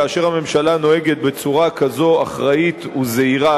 כאשר הממשלה נוהגת בצורה כזו אחראית וזהירה